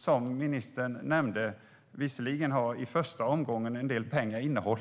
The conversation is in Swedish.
Som ministern nämnde har en del pengar visserligen hållits inne, och